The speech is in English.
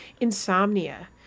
insomnia